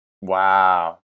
Wow